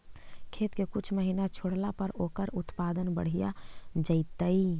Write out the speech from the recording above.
खेत के कुछ महिना छोड़ला पर ओकर उत्पादन बढ़िया जैतइ?